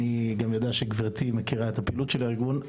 ואני יודע שגם גברתי מכירה את הפעילות של הארגון.